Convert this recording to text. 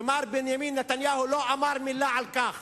ומר בנימין נתניהו לא אמר מלה על כך.